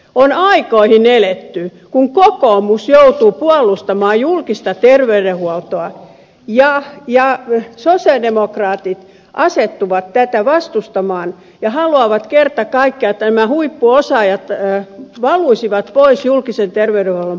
on aikoihin eletty kun kokoomus joutuu puolustamaan julkista terveydenhuoltoa ja sosialidemokraatit asettuvat tätä vastustamaan ja haluavat kerta kaikkiaan että nämä huippuosaajat valuisivat pois julkisen terveydenhuollon palveluksesta